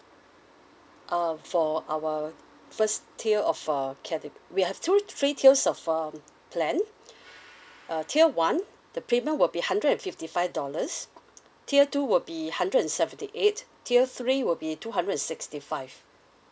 uh for our first tier of uh cate~ we have two three tiers of um plan uh tier one the premium will be hundred and fifty five dollars tier two would be hundred and seventy eight tier three will be two hundred and sixty five